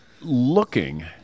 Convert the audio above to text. Looking